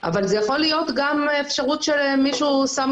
אבל זה יכול להיות גם אפשרות של מישהו ששם